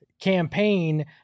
campaign